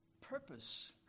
purpose